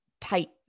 tight